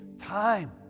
time